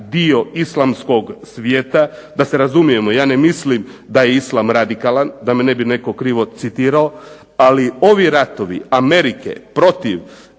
dio islamskog svijeta. Da se razumijemo ja ne mislim da je islam radikalan, da me ne bi netko krivo citirao. Ali ovi ratovi Amerike protiv